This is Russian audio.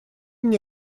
мне